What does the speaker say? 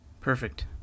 Perfect